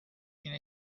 اینه